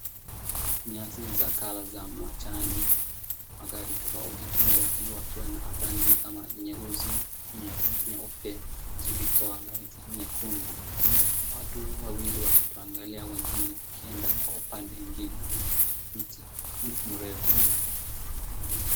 Nyasi za color za majani, magari tofautitofauti yakiwa na rangi kama nyeusi, nyeupe, zikitoa light nyekundu, watu wawili wakituangalia wengine wakienda kwa upande mwingine, mti mrefu.